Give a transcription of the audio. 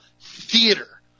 theater